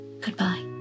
Goodbye